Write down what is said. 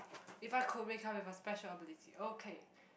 if I could wake up with a special ability okay